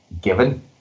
given